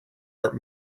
art